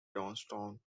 johnstown